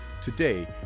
Today